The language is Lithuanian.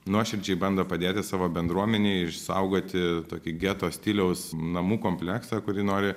nuoširdžiai bando padėti savo bendruomenei ir išsaugoti tokį geto stiliaus namų kompleksą kurį nori